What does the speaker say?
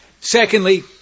Secondly